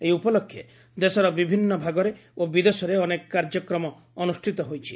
ଏହି ଉପଲକ୍ଷେ ଦେଶର ବିଭିନ୍ନ ଭାଗରେ ଓ ବିଦେଶରେ ଅନେକ କାର୍ଯ୍ୟକ୍ରମର ଅନୁଷ୍ଠିତ ହୋଇଛି